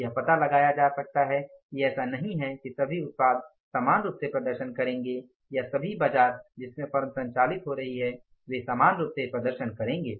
यह पता लगाया जा सकता है कि ऐसा नहीं है कि सभी उत्पाद समान रूप से प्रदर्शन करेंगे या सभी बाजार जिसमें फर्म संचालित हो रही है वे समान रूप से प्रदर्शन करेंगे